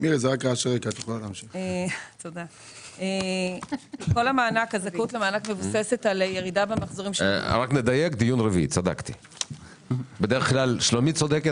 מה שחשוב לי לשוב ולהזכיר - שבכל תקופה שאנחנו מודדים את הנתון הזה,